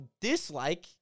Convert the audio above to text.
dislike